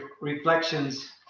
reflections